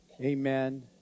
amen